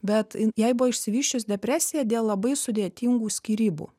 bet jai buvo išsivysčius depresija dėl labai sudėtingų skyrybų